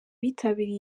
bitabiriye